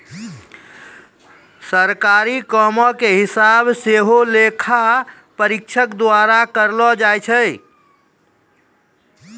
सरकारी कामो के हिसाब सेहो लेखा परीक्षक द्वारा करलो जाय छै